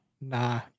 Nah